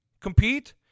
compete